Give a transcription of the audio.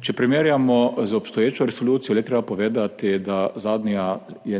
to primerjamo z obstoječo resolucijo, je treba povedati, da se je življenje